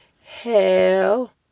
Hell